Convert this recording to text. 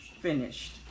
finished